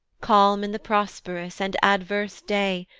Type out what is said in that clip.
calm in the prosperous, and adverse day,